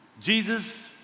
Jesus